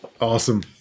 Awesome